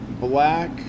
black